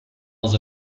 els